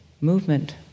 movement